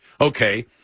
Okay